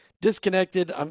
disconnected